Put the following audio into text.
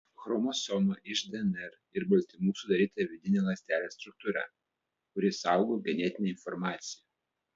chromosoma iš dnr ir baltymų sudaryta vidinė ląstelės struktūra kuri saugo genetinę informaciją